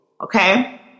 Okay